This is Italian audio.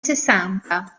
sessanta